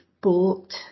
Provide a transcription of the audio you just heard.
bought